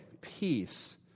peace